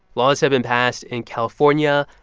laws have been passed in california,